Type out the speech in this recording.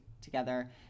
together